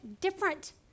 different